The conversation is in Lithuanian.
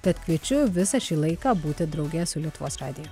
tad kviečiu visą šį laiką būti drauge su lietuvos radiju